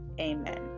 Amen